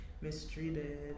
mistreated